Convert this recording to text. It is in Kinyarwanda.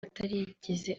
atarigeze